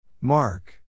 Mark